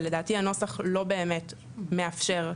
ולדעתי הנוסח לא באמת מאפשר.